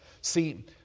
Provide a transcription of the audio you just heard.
see